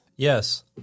Yes